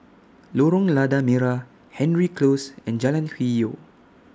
Lorong Lada Merah Hendry Close and Jalan Hwi Yoh